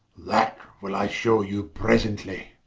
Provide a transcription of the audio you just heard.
that will i shew you presently.